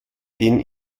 den